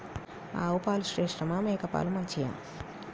ఆవు పాలు శ్రేష్టమా మేక పాలు మంచియా?